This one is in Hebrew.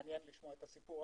מעניין לשמוע את הסיפור,